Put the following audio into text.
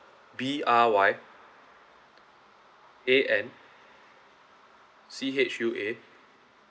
B R Y A N C H U A